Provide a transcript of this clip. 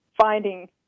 finding